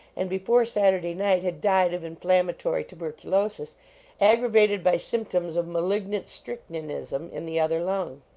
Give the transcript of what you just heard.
and before saturday night had died of inflammatory tuberculosis aggravated by symptoms of malignant strychninism in the other lung.